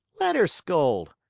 let her scold.